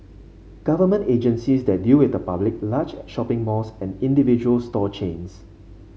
government agencies that deal with the public large shopping malls and individual store chains